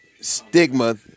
stigma